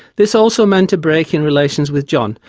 this also meant a break in relations with john,